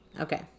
okay